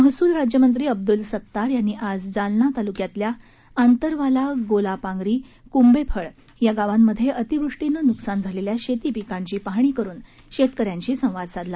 महसूल राज्यमंत्री अब्दुल सत्तार यांनी आज जालना तालुक्यातल्या आंतरवाला गोलापांगरी कुंबेफळ या गावांमध्ये अतिवृष्टीनं नुकसान झालेल्या शेतीपिकांची पाहणी करून शेतकऱ्यांशी संवाद साधला